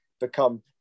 become